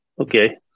okay